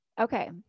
Okay